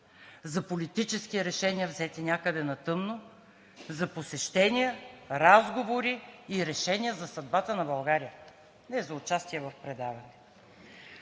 за политически решения, взети някъде на тъмно, за посещения, разговори и решения за съдбата на България, не за участие в предаване.